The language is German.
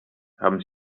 haben